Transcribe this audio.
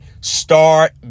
Start